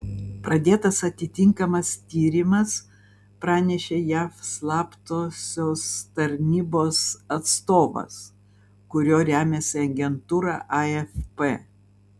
pradėtas atitinkamas tyrimas pranešė jav slaptosios tarnybos atstovas kuriuo remiasi agentūra afp